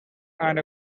and